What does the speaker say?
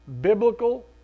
biblical